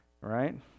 right